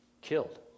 killed